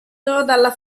dalla